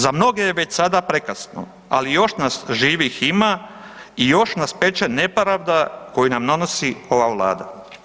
Za mnoge je već sada prekasno, ali još nas živih ima i još nas peče nepravda koju nam nanosi ova vlada.